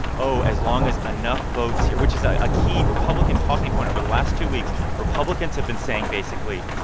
oh, as long as enough votes which is a key republican talking point over the last two weeks. republicans have been saying, basically,